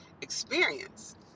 experience